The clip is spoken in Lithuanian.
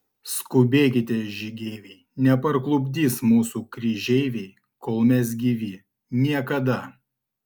skubėkite žygeiviai neparklupdys mūsų kryžeiviai kol mes gyvi niekada